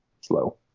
slow